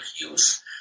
use